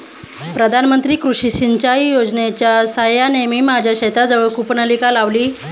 प्रधानमंत्री कृषी सिंचाई योजनेच्या साहाय्याने मी माझ्या शेताजवळ कूपनलिका लावली